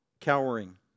cowering